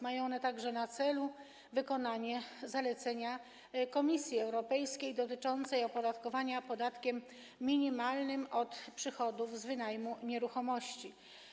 Mają one także na celu wykonanie zalecenia Komisji Europejskiej dotyczącego opodatkowania podatkiem minimalnym od przychodów z wynajmu nieruchomości.